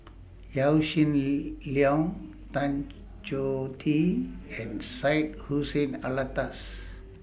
Yaw Shin Leong Tan Choh Tee and Syed Hussein Alatas